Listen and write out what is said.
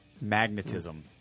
magnetism